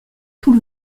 tout